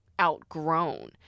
outgrown